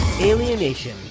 Alienation